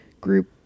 group